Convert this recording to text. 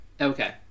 Okay